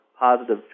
positive